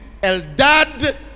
Eldad